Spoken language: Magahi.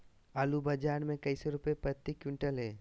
आलू बाजार मे कैसे रुपए प्रति क्विंटल है?